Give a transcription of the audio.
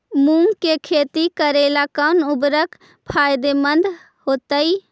मुंग के खेती करेला कौन उर्वरक फायदेमंद होतइ?